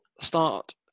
start